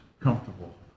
comfortable